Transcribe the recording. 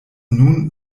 nun